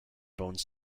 bone